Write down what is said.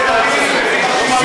תאמין לי שזה מביך אותך,